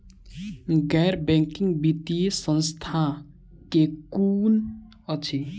गैर बैंकिंग वित्तीय संस्था केँ कुन अछि?